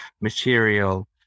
material